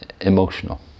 emotional